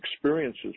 experiences